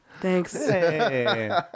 Thanks